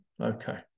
Okay